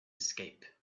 escape